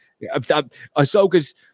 Ahsoka's